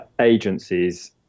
agencies